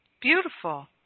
Beautiful